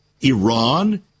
Iran